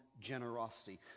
generosity